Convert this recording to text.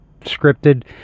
scripted